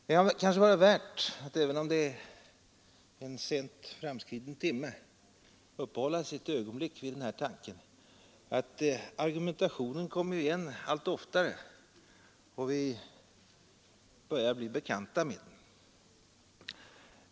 Det kan kanske vara värt att, även om det är en sen timme, uppehålla sig ett ögonblick vid den här tanken. Argumentationen kommer igen allt oftare, och vi börjar bli bekanta med den.